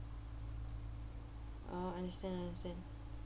orh understand understand